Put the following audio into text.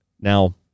Now